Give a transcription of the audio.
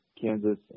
Kansas